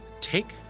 take